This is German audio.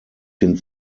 den